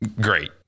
Great